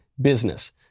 business